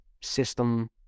system